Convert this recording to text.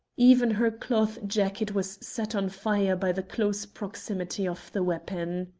even her cloth jacket was set on fire by the close proximity of the weapon.